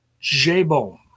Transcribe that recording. J-Bone